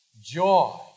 joy